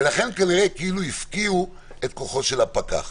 ולכן כאילו הפקיעו את כוחו של הפקח.